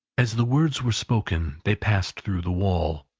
as the words were spoken, they passed through the wall,